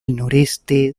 noroeste